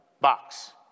box